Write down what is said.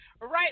right